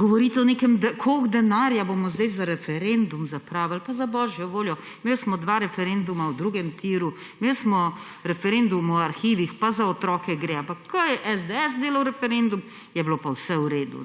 govorite o tem, koliko denarja bomo zdaj za referendum zapravili. Pa za božjo voljo, imeli smo dva referenduma o drugem tiru, imeli smo referendum o arhivih, pa za otroke gre, ampak ko je SDS delal referendum, je bilo pa vse v redu!